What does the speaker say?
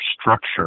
structure